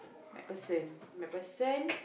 MacPherson MacPherson